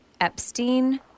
epstein